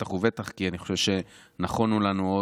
בטח ובטח כי אני חושב שנכונו לנו גם